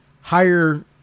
higher